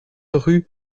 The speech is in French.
rue